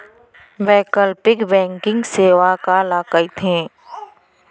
वैकल्पिक बैंकिंग सेवा काला कहिथे?